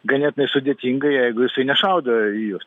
ganėtinai sudėtinga jeigu jisai nešaudo į jus